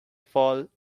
fall